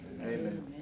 Amen